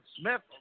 Smith